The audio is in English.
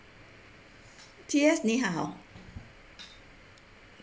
T S 你好